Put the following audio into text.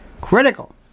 critical